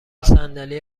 صندلی